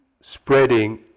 spreading